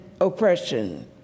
oppression